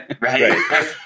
right